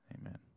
Amen